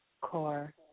core